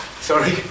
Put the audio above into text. sorry